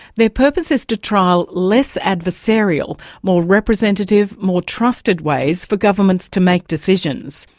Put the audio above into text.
their purpose is to trial less adversarial, more representative, more trusted' ways for governments to make decisions.